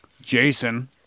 Jason